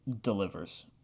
delivers